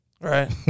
right